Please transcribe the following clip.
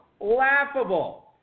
Laughable